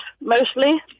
mostly